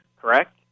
Correct